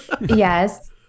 yes